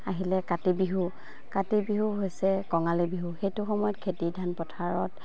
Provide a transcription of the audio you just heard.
আহিলে কাতি বিহু কাতি বিহু হৈছে কঙালী বিহু সেইটো সময়ত খেতি ধান পথাৰত